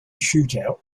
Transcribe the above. shootout